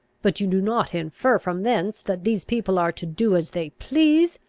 but you do not infer from thence that these people are to do as they please,